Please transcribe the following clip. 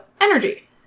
energy